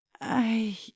I